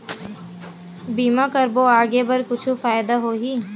बीमा करबो आगे बर कुछु फ़ायदा होही?